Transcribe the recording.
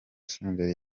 senderi